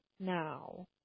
Now